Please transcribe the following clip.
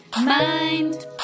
mind